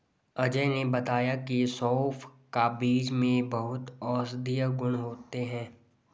अजय ने बताया की सौंफ का बीज में बहुत औषधीय गुण होते हैं